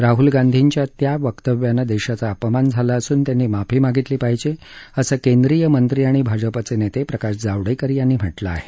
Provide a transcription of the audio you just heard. राहुल गांधींच्या त्या वक्तव्यानं देशाचा अपमान झाला असूनत्यांनी माफी मागितली पाहिजे असं केंद्रीय मंत्री आणि भाजपाचे नेते प्रकाश जावडेकर यांनी म्हटलं आहे